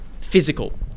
Physical